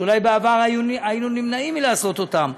שאולי בעבר היינו נמנעים מלעשות אותם,